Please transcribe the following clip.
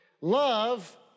Love